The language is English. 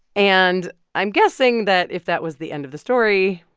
and i'm guessing that if that was the end of the story,